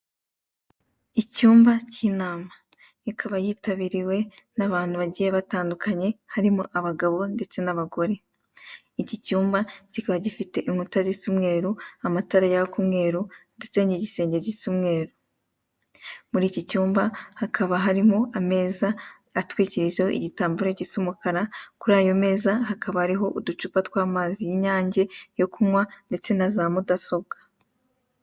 Icyumba k'inama, ikaba yitabiriwe n'abantu nagiye batandukanye harimo abagabo ndetse n'abagore. Iki cyumba kikaba gifite inkuta zisa umweru, amatara yaka umweru, ndetse n'igisenge gisa umweru, muri iki cyumba hakaba harimo ameza atwikirijeho igitambaro gisa umukara, kuri ayo meza hakaba hariho uducupa tw' amazi y'inyange yo kunywa ndetse na za mudasobwa.